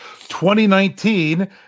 2019